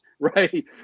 Right